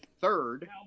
third